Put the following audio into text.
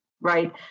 right